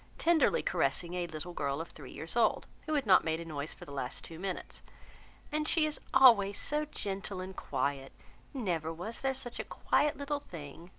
tenderly caressing a little girl of three years old, who had not made a noise for the last two minutes and she is always so gentle and quiet never was there such a quiet little thing!